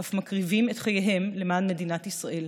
אף מקריבים את חייהם למען מדינת ישראל.